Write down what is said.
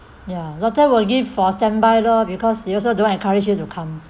ya doctor will give for standby lor because he also don't encourage you to come